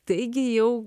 taigi jau